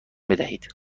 بدهید